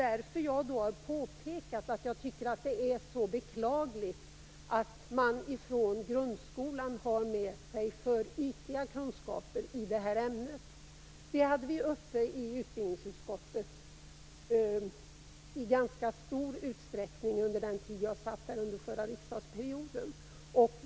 Därför har jag påpekat att det är beklagligt att eleverna har med sig alltför ytliga kunskaper i ämnet från grundskolan. Det har vi tagit upp i stor utsträckning i utbildningsutskottet under den tid jag satt där under förra riksdagsperioden.